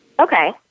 Okay